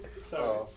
sorry